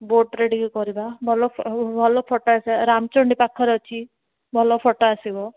ବୋଟ୍ରେ ଟିକେ କରିବା ଭଲ ଭଲ ଫଟୋ ରାମଚଣ୍ଡୀ ପାଖରେ ଅଛି ଭଲ ଫଟୋ ଆସିବ